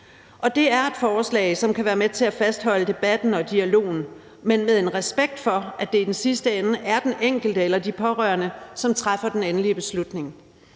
Og det er et forslag, som kan være med til at fastholde debatten og dialogen, men med en respekt for, at det i den sidste ende er den enkelte eller de pårørende, som træffer den endelige beslutning.